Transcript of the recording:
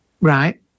Right